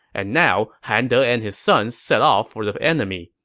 and now han de and his sons set off for the enemy,